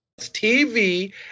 TV